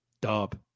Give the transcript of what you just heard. Dub